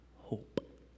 hope